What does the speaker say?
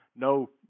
No